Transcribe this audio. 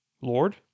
Lord